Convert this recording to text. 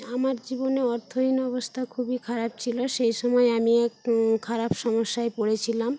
আমার জীবনে অর্থহীন অবস্থা খুবই খারাপ ছিল সেই সময়ে আমি এক খারাপ সমস্যায় পড়েছিলাম